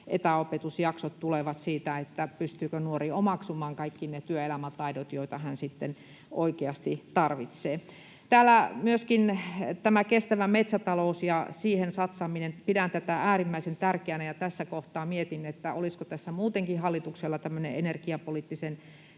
etäopetusjaksot tulevat, että pystyykö nuori omaksumaan kaikki ne työelämätaidot, joita hän sitten oikeasti tarvitsee. Täällä on myöskin tämä kestävä metsätalous ja siihen satsaaminen. Pidän tätä äärimmäisen tärkeänä ja tässä kohtaa mietin, olisiko tässä muutenkin hallituksella tämmöinen energiapoliittinen